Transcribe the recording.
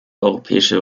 europäische